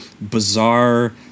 bizarre